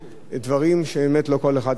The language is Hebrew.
דברים שבאמת לא כל אחד זכה.